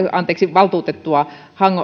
valtuutettua